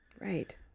Right